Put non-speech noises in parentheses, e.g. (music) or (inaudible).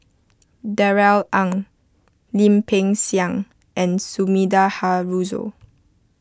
Darrell (noise) Ang Lim Peng Siang and Sumida Haruzo